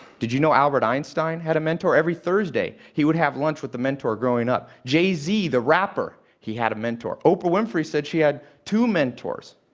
did you know albert einstein had a mentor? every thursday, he would have lunch with a mentor growing up. jay-z, the the rapper, he had a mentor. oprah winfrey said she had two mentors.